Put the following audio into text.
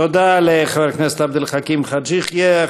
תודה לחבר הכנסת עבד אל חכים חאג' יחיא.